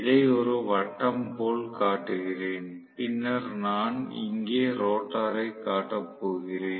இதை ஒரு வட்டம் போல் காட்டுகிறேன் பின்னர் நான் இங்கே ரோட்டரைக் காட்டப் போகிறேன்